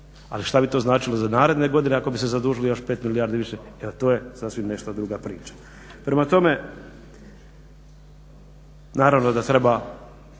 ali što bi to značilo za naredne godine ako bi se zadužili još 5 milijardi više jer to je sasvim nešto druga priča. Prema tome, naravno da treba